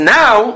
now